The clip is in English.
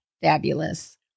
fabulous